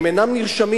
הם אינם נרשמים.